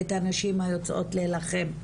את הנשים האלה היוצאות להילחם,